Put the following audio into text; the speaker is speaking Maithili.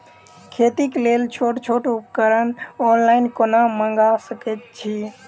खेतीक लेल छोट छोट उपकरण ऑनलाइन कोना मंगा सकैत छी?